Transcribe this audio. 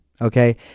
okay